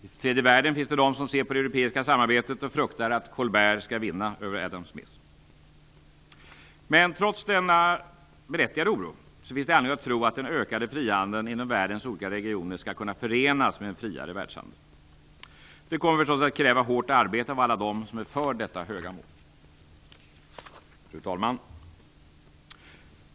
I tredje världen finns det de som ser på det europeiska samarbetet och fruktar att Colbert skall vinna över Adam Smith. Men trots denna berättigade oro finns det anledning att tro att den ökade frihandeln inom världens olika regioner skall kunna förenas med en friare världshandel. Det kommer förstås att kräva hårt arbete av alla dem som är för detta höga mål. Fru talman!